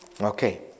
Okay